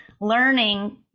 learning